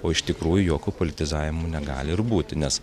o iš tikrųjų jokio politizavimo negali ir būti nes